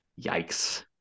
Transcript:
yikes